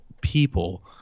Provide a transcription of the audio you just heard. people